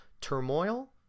turmoil